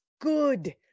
good